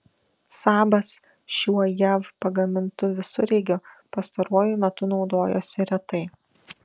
sabas šiuo jav pagamintu visureigiu pastaruoju metu naudojosi retai